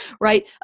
right